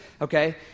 okay